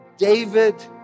David